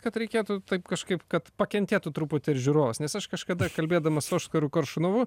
kad reikėtų taip kažkaip kad pakentėtų truputį ir žiūrovas nes aš kažkada kalbėdamas su oskaru koršunovu